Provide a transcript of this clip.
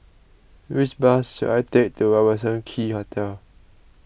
which bus should I take to Robertson Quay Hotel